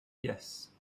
yes